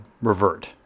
revert